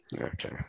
Okay